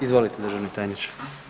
Izvolite, državni tajniče.